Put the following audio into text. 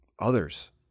others